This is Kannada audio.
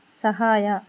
ಸಹಾಯ